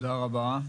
תודה רבה.